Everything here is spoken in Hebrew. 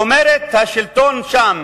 זאת אומרת, השלטון שם,